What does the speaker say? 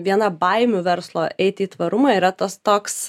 viena baimių verslo eiti į tvarumą yra tas toks